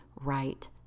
right